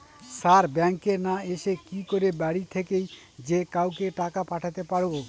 Sir ব্যাঙ্কে না এসে কি করে বাড়ি থেকেই যে কাউকে টাকা পাঠাতে পারবো?